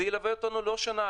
זה ילווה אותנו לא שנה,